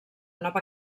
nova